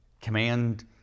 command